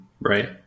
Right